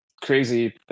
crazy